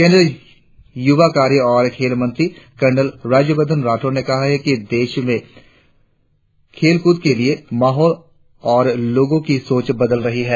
केंद्रीय यूवा कार्य और खेल मंत्री कर्नल राज्यवर्द्वन राठौड़ ने कहा है कि देश में खेल कूद के लिए माहौल और लोगो की सोच बदल रही है